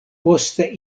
poste